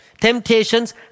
Temptations